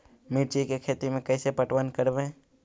मिर्ची के खेति में कैसे पटवन करवय?